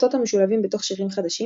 אותות המשולבים בתוך שירים חדשים,